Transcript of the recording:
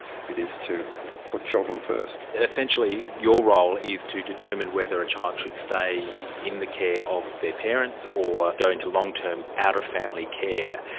it is to put children first. essentially your role is to determine whether a child should stay in the care of their parents or going to long-term out-of-family care.